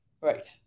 right